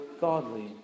godly